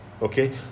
Okay